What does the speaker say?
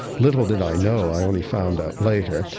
little did i know, i only found out later,